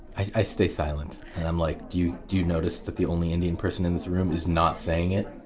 i stay silent. and i'm like, do you do you notice that the only indian person in this room is not saying it?